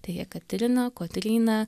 tai jekaterina kotryna